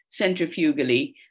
centrifugally